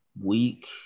week